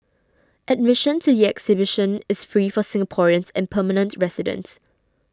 admission to the exhibition is free for Singaporeans and permanent residents